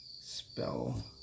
spell